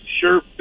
sure